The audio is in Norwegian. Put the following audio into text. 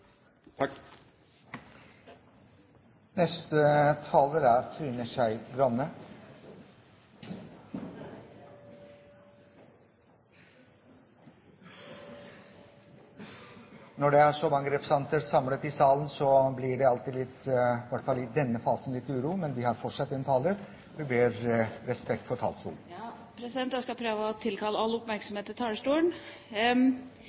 Når så mange representanter samles i salen, blir det i den fasen litt uro. Men vi har fortsatt en taler igjen og ber om respekt for taleren som skal ha ordet. Ja, jeg skal prøve å tilkalle all